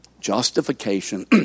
Justification